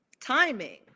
timing